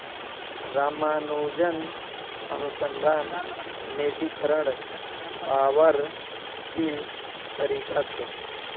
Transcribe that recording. रामानुजन अनुसंधान निधीकरण पावार की तरीका छे